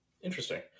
Interesting